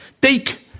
Take